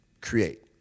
create